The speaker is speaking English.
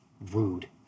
Rude